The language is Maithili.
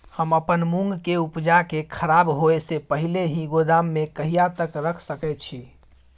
हम अपन मूंग के उपजा के खराब होय से पहिले ही गोदाम में कहिया तक रख सके छी?